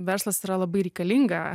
verslas yra labai reikalinga